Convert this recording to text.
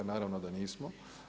Naravno da nismo.